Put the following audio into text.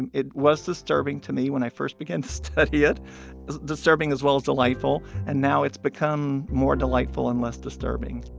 and it was disturbing to me when i first began to study it disturbing as well as delightful. and now it's become more delightful and less disturbing